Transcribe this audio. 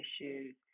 issues